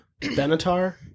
Benatar